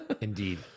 Indeed